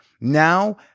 now